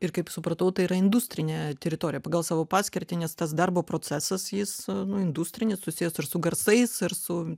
ir kaip supratau tai yra industrinė teritorija pagal savo paskirtį nes tas darbo procesas jis nu industrinis susijęs ir su garsais ir su